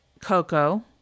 Coco